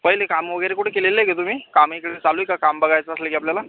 पहिले काम वगैरे कुठे केलेलं आहे का तुम्ही कामे इकडे चालू आहे का काम बघायचं असलं की आपल्याला